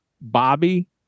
Bobby